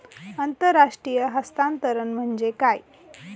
आंतरराष्ट्रीय हस्तांतरण म्हणजे काय?